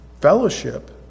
Fellowship